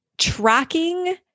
Tracking